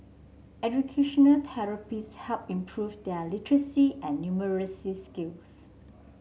educational therapists helped improve their literacy and numeracy skills